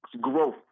growth